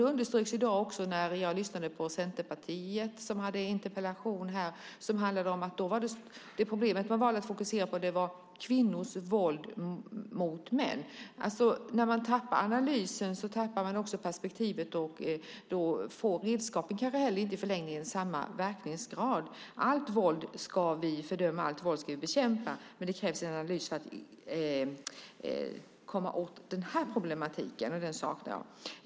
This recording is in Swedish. Det underströks i dag när jag lyssnade på Centerpartiet som hade en interpellation här. Problemet man valde att fokusera på var kvinnors våld mot män. När man tappar analysen tappar man också perspektivet. Då får kanske inte heller redskapen i förlängningen samma verkningsgrad. Vi ska fördöma och bekämpa allt våld, men det krävs en analys för att komma åt den här problematiken. Den saknar jag.